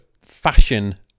fashion